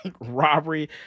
robbery